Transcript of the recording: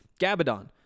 Gabadon